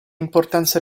importanza